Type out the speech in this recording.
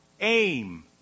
aim